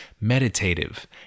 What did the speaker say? meditative